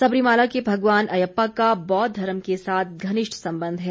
सबरीमाला के भगवान अयप्पा का बौद्ध धर्म के साथ घनिष्ठ संबंध है